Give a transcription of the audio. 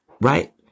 right